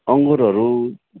अङ्गुरहरू